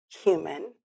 human